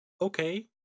okay